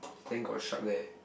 then got stripe there